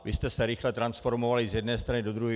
Vy jste se rychle transformovali z jedné strany do druhé.